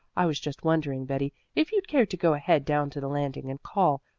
i was just wondering, betty, if you'd care to go ahead down to the landing and call,